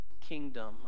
kingdom